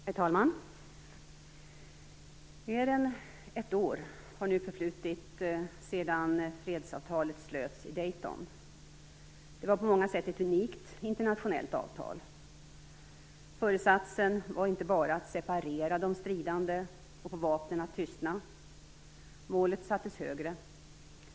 Herr talman! Mer än ett år har nu förflutit sedan fredsavtalet slöts i Dayton. Det var på många sätt ett unikt internationellt avtal. Föresatsen var inte bara att separera de stridande och få vapnen att tystna. Målet sattes högre.